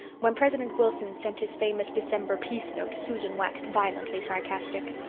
when president wilson sent his famous december peace note susan waxed violently sarcastic.